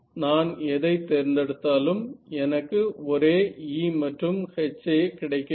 நான் எதைத் தேர்ந்தெடுத்தாலும் எனக்கு ஒரே E மற்றும் H யே கிடைக்க வேண்டும்